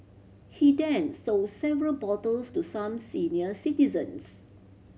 he then sold several bottles to some senior citizens